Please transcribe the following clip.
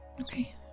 Okay